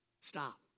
stop